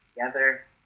together